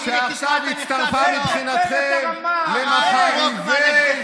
תמשיך לרמות במקומות אחרים.